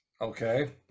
okay